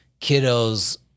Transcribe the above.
kiddos